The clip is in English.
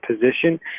position